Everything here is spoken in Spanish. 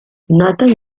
nathan